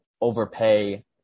overpay